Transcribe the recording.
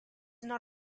not